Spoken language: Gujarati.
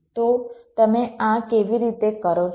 તો તમે આ કેવી રીતે કરો છો